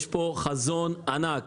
יש פה חזון ענק.